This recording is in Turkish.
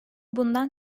bundan